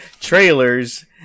trailers